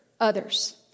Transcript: others